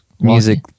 Music